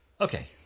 Okay